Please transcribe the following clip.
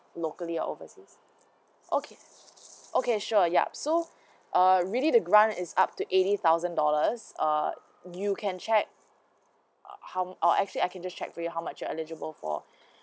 locally or overseas okay okay sure yup so uh really the grant is up to eighty thousand dollars err you can check how or actually I can just check for you how much you're eligible for